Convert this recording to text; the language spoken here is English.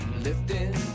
Lifting